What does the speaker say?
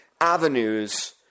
avenues